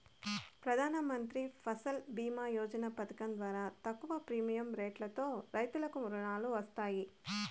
ప్రధానమంత్రి ఫసల్ భీమ యోజన పథకం ద్వారా తక్కువ ప్రీమియం రెట్లతో రైతులకు రుణాలు వస్తాయి